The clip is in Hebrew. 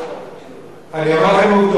אני אומר לכם,